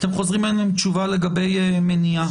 אתם חוזרים אלינו עם תשובה לגבי מניעה.